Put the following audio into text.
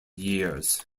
years